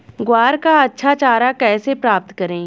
ग्वार का अच्छा चारा कैसे प्राप्त करें?